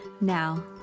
Now